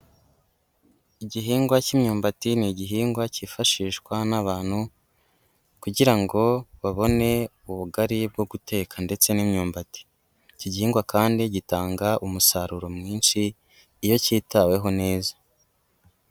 Igihingwa k'imyumbati ni igihingwa kifashishwa n'abantu kugira ngo babone ubugari bwo guteka ndetse n'imyumbati, iki gihingwa kandi gitanga umusaruro mwinshi iyo kitaweho neza.